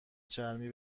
چرمی